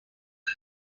پول